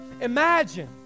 imagine